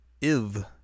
IV